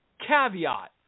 caveat